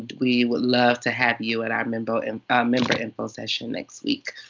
we would love to have you at our member and member info session next week.